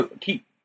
keep